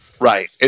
right